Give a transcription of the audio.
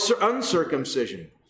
uncircumcision